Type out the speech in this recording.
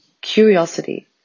curiosity